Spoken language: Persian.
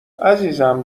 عزیزم